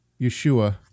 Yeshua